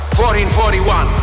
1441